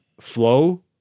flow